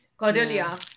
Cordelia